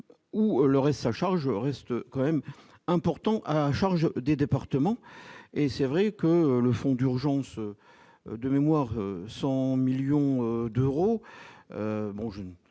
ou le reste à charge reste quand même important, à la charge des départements et c'est vrai que le fonds d'urgence de mémoire son 1000000 d'euros, bon je ne